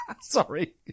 Sorry